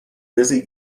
busy